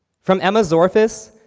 from emma zorfass,